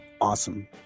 awesome